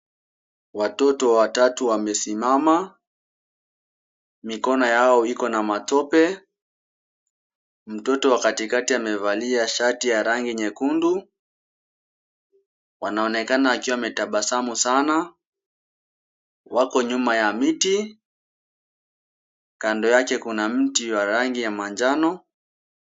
Watoto watatu wamesimama. Mikono yao iko na matope. Mtoto wa katikati amevalia shati ya rangi nyekundu. Wanaonekana wakiwa wametabasamu sana. Wako nyuma ya miti. Kando yake kuna mti wa rangi ya manjano.